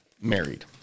married